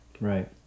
Right